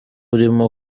urimo